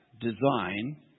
design